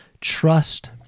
trust